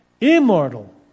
immortal